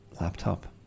laptop